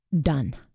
done